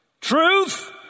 Truth